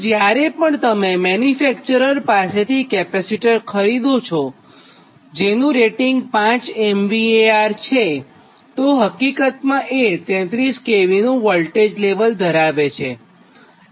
તો જ્યારે પણ તમે મેન્યુફેક્ચરર પાસેથી કેપેસિટર ખરીદો છો જેનું રેટિંગ 5 MVAr છેતો એ હકીકતમં એ ૩૩ kV નું વોલ્ટેજ લેવલ ધરાવે છે